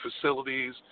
facilities